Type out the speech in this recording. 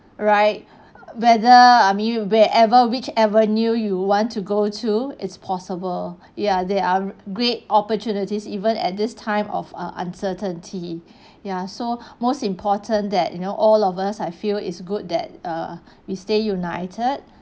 right whether I mean wherever which avenue you want to go to its possible ya there are great opportunities even at this time of uh uncertainty ya so most important that you know all of us I feel is good that err we stay united